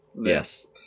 Yes